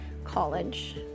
college